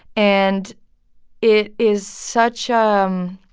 and it is such um